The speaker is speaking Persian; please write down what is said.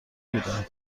بودم